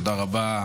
תודה רבה,